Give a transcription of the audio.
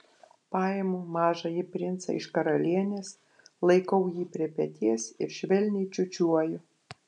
paimu mažąjį princą iš karalienės laikau jį prie peties ir švelniai čiūčiuoju